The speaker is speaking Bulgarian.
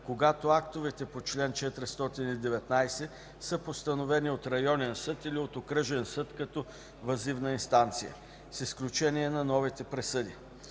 когато актовете по чл. 419 са постановени от районен съд или от окръжен съд като въззивна инстанция, с изключение на новите присъди.